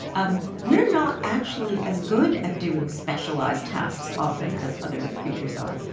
um we're not actually as good at doing specialized tasks often as other creatures are.